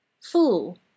Fool